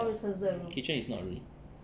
ya kitchen is not a room